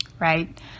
Right